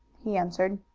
he answered.